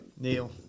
Neil